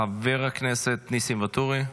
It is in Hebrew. חבר הכנסת נסים ואטורי,